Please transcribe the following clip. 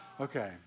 Okay